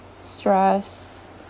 stress